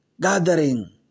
gathering